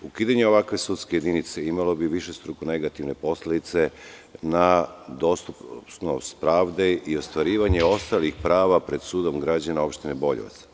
Ukidanje ovakve sudske jedinice imalo bi višestruko negativne posledice na dostupnost pravde i ostvarivanje ostalih prava pred sudom građana opštine Boljevac.